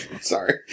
Sorry